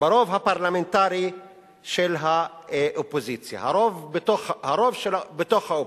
הפרלמנטרי של האופוזיציה, הרוב בתוך האופוזיציה,